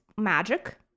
magic